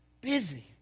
busy